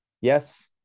Yes